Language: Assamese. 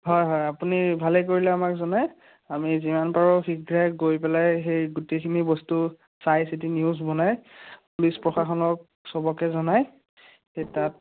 হয় হয় আপুনি ভালেই কৰিলে আমাক জনাই আমি যিমান পাৰোঁ শীঘ্ৰে গৈ পেলাই সেই গোটেইখিনি বস্তু চাই চিতি নিউজ বনাই পুলিচ প্ৰশাসনত চবকে জনাই সেই তাত